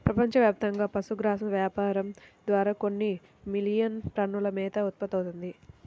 ప్రపంచవ్యాప్తంగా పశుగ్రాసం వ్యాపారం ద్వారా కొన్ని మిలియన్ టన్నుల మేత ఉత్పత్తవుతుంది